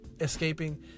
escaping